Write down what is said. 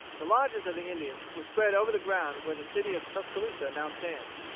the lodges of the indians were spread over the ground where the city of tuscaloosa now stands.